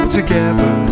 together